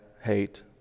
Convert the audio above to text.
hate